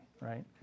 right